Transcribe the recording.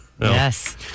Yes